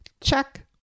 Check